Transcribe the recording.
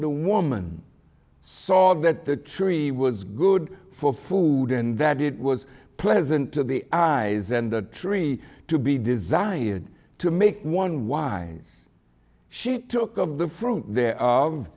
the woman saw that the tree was good for food and that it was pleasant to the eyes and the tree to be desired to make one wise she took of the fruit there